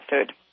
food